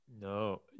no